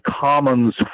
commons